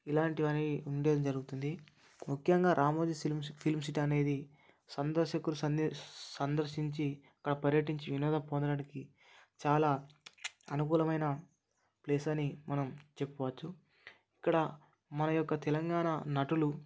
ఇలాంటివి అన్నీ ఉండడం జరుగుతుంది ముఖ్యంగా రామోజీ సిలిం ఫిలిం సిటీ అనేది సందర్శకులు సందర్ సందర్శించి అక్కడ పర్యటించి వినోదం పొందడానికి చాలా అనుకూలమైన ప్లేస్ అని మనం చెప్పవచ్చు ఇక్కడ మన యొక్క తెలంగాణ నటులు